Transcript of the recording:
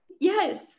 Yes